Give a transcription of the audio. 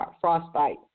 frostbite